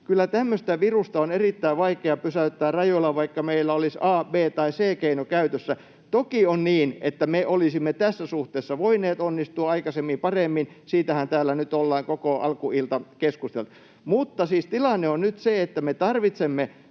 Kyllä tämmöistä virusta on erittäin vaikea pysäyttää rajoilla, vaikka meillä olisi A-, B- tai C-keino käytössä. Toki on niin, että me olisimme tässä suhteessa voineet onnistua aikaisemmin paremmin, siitähän täällä nyt ollaan koko alkuilta keskusteltu, mutta tilanne on nyt se, että me tarvitsemme